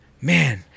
man